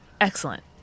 Excellent